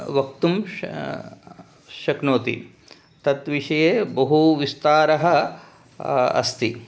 वक्तुं श शक्नोति तत् विषये बहुविस्तारः अस्ति